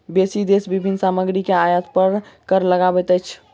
बेसी देश विभिन्न सामग्री के आयात पर कर लगबैत अछि